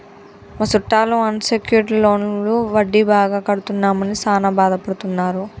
మా సుట్టాలు unsecured loan వడ్డీ బాగా కడుతున్నామని సాన బాదపడుతున్నారు